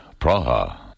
Praha